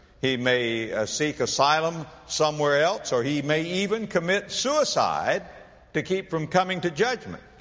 he may, ah, seek asylum somewhere else or he may even commit suicide to keep from coming to judgment.